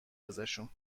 ازشون